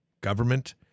Government